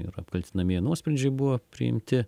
ir apkaltinamieji nuosprendžiai buvo priimti